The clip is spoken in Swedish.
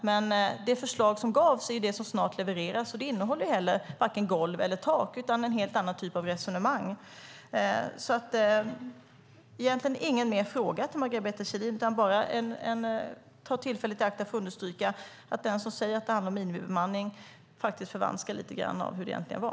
Men det förslag som gavs är det som snart levereras. Det innehåller varken golv eller tak, utan det är en helt annan typ av resonemang. Jag har egentligen ingen mer fråga till Margareta B Kjellin utan tar bara tillfället i akt att understryka att den som säger att det handlar om minimibemanning faktiskt förvanskar lite grann av hur det egentligen var.